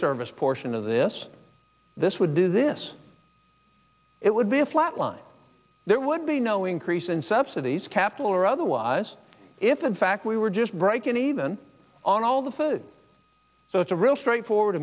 service portion of this this would do this it would be a flat line there would be no increase in subsidies capital or otherwise if in fact we were just breaking even on all the food so it's a real straightforward